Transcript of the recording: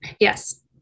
Yes